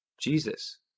Jesus